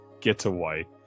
getaway